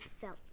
felt